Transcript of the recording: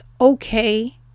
okay